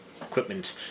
equipment